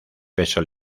peso